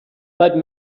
but